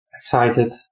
excited